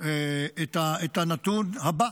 את הנתון הבא: